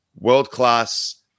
world-class